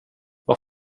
vad